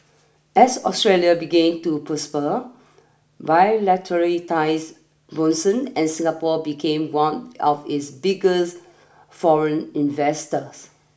as Australia began to prosper bilateral ties blossomed and Singapore became one of its biggest foreign investors